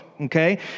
okay